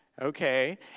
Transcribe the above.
Okay